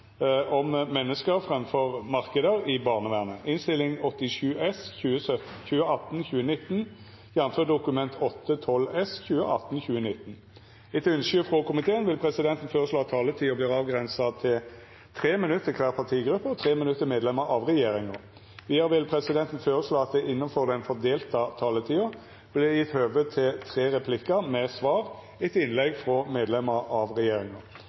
om ordet til sak nr. 5. Etter ønske frå familie- og kulturkomiteen vil presidenten føreslå at taletida vert avgrensa til 3 minutt til kvar partigruppe og 3 minutt til medlemer av regjeringa. Vidare vil presidenten føreslå at det – innanfor den fordelte taletida – vert gjeve høve til tre replikkar med svar etter innlegg frå medlemer av regjeringa,